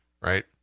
Right